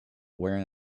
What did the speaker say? wearing